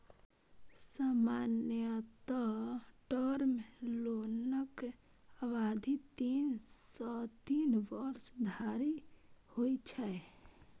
सामान्यतः टर्म लोनक अवधि तीन सं तीन वर्ष धरि होइ छै